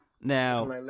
Now